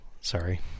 Sorry